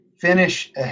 finish